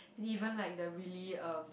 even like the really uh